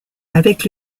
avec